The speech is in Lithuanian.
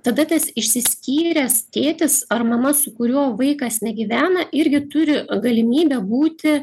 tada tas išsiskyręs tėtis ar mama su kuriuo vaikas negyvena irgi turi galimybę būti